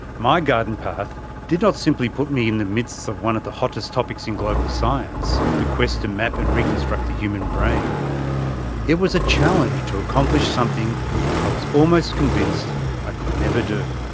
my garden path did not simply put me in the midst of one of the hottest topics in global science the quest to map and reconstruct the human brain it was a challenge to accomplish something i was almost convinced i could never do.